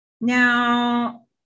now